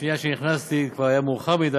ובשנייה שנכנסתי כבר היה מאוחר מדי.